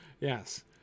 Yes